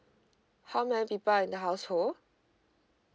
how many people are in the household